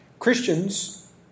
Christians